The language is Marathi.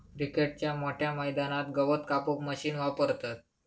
क्रिकेटच्या मोठ्या मैदानात गवत कापूक मशीन वापरतत